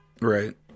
Right